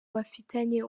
bafitanye